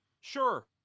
Sure